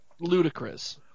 ludicrous